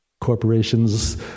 corporations